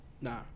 Nah